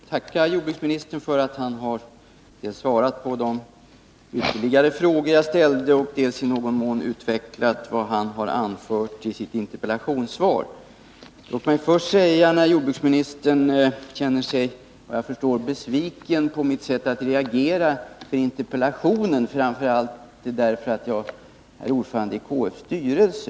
Herr talman! Jag vill tacka jordbruksministern för att han har svarat på de ytterligare frågor jag ställde och för att han i någon mån har utvecklat vad han anfört i sitt interpellationssvar. Jordbruksministern känner sig såvitt jag förstår besviken på mitt sätt att reagera inför svaret på interpellationen, framför allt därför att jag är ordförande i KF:s styrelse.